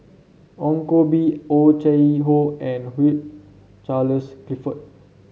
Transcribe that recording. Ong Koh Bee Oh Chai Hoo and Hugh Charles Clifford